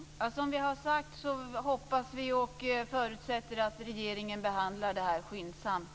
Fru talman! Som vi har sagt hoppas vi, och förutsätter, att regeringen behandlar det här skyndsamt.